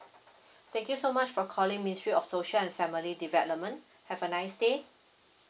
thank you so much for calling ministry of social and family development have a nice day